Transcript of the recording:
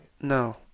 No